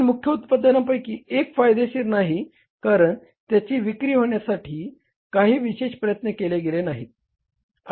तीन मुख्य उत्पादनांपैकी एक फायदेशीर नाही कारण त्याची विक्री होण्यासाठी काही विशेष प्रयत्न केले गेले नाहीत